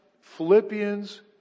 Philippians